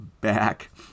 back